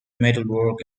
metalwork